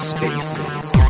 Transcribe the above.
Spaces